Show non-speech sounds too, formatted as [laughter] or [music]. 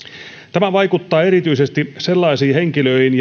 tämä vaikuttaa erityisesti sellaisiin henkilöihin [unintelligible]